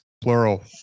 plural